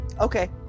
Okay